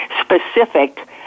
specific